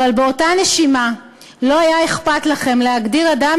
אבל באותה נשימה לא היה אכפת לכם להגדיר אדם